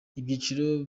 ibyiciro